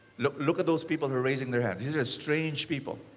look look at those people who are raising their hands. these are strange people.